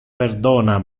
pardona